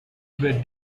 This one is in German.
über